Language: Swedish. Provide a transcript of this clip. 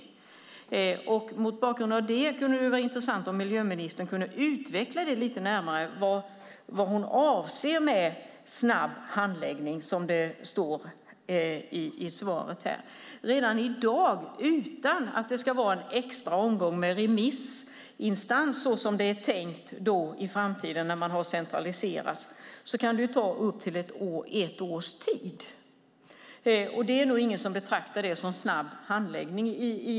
Mot bakgrund av det kunde det vara intressant att höra miljöministern lite närmare utveckla vad hon avser med snabb handläggning. Redan i dag, utan en extra remissomgång som det är tänkt i framtiden när man centraliserat det hela, kan det ta upp till ett år. Det är nog ingen som betraktar det som snabb handläggning.